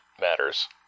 matters